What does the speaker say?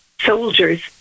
soldiers